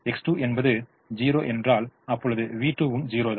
X2 என்பது ௦ என்றால் அப்பொழுது v2 வும் 0 தான்